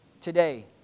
today